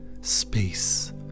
space